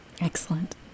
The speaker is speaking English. excellent